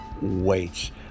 weights